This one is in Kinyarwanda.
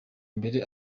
mbere